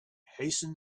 hasten